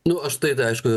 nu aš tai aišku